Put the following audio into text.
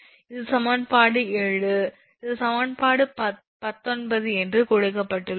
இது சமன்பாடு 7 இது சமன்பாடு 19 என்று கொடுக்கப்பட்டுள்ளது